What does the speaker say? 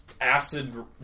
acid